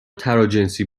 تراجنسی